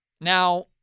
Now